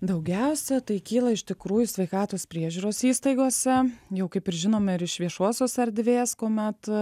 daugiausia tai kyla iš tikrųjų sveikatos priežiūros įstaigose jau kaip ir žinome ir iš viešosios erdvės kuomet